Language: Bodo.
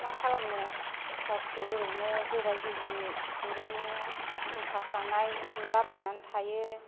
मा खालामनो फिसा फिसौ ओरैनो गोबाय गिजि थुरिनि थिं खाफ्रानाय लुलाबायनानै थायो